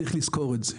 צריך לזכור את זה,